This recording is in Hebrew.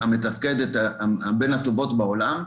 המתפקדת שהיא בין הטובות בעולם.